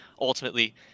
ultimately